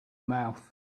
mouth